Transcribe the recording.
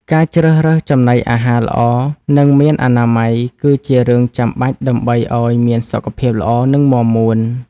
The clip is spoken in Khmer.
ការជ្រើសរើសចំណីអាហារល្អ និងមានអនាម័យ គឺជារឿងចាំបាច់ដើម្បីឲ្យមានសុខភាពល្អ និងមាំមួន។